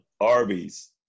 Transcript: Arby's